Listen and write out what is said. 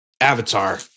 Avatar